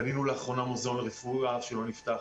בנינו לאחרונה מוזיאון רפואה שלא נפתח.